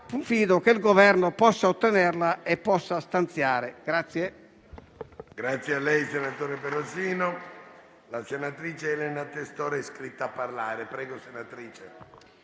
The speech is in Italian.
confido che il Governo possa ottenerla e possa stanziare delle